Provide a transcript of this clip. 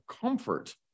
comfort